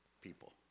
people